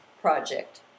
project